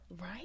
Right